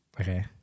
Okay